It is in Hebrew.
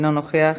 אינו נוכח,